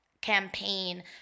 campaign